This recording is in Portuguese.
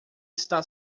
está